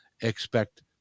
expect